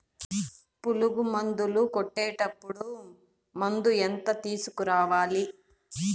పులుగు మందులు కొట్టేటప్పుడు మందు ఎంత తీసుకురావాలి?